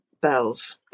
bells